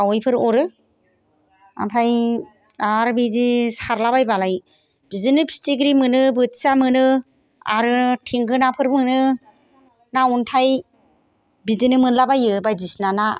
खावैफोर अरो ओमफ्राय आरो बिदि सारलाबायबालाय बिदिनो फिथिख्रि मोनो बोथिया मोनो आरो थेंगोनाफोर मोनो ना अन्थाइ बिदिनो मोनला बायो बायदिसिना ना